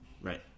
Right